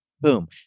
Boom